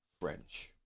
French